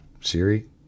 Siri